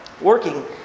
Working